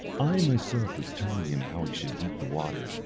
i myself was telling him how he should heat the water,